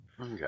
Okay